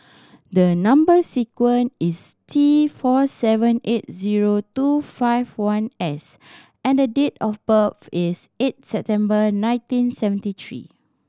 the number sequence is T four seven eight zero two five one S and the date of birth is eight September nineteen seventy three